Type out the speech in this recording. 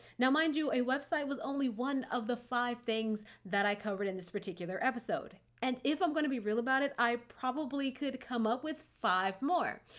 now, mind you, a website was only one of the five things that i covered in this particular episode. and if i'm going to be real about it, i probably could come up with five more.